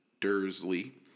Dursley